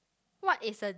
what is a